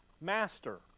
Master